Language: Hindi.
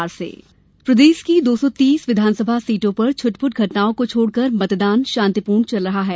मतदान मप्र प्रदेश की दो सौ तीस विधानसभा सीटों पर छुटपुट घटनाओं को छोड़कर मतदान शान्तिपूर्ण चल रहा हैं